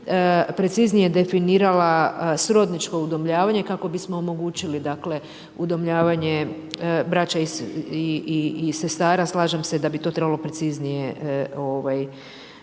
preciznije definirala srodničko udomljavanje, kako bismo omogućili udomljavanje braće i sestara. Slažem se da bi to trebalo preciznije definirati.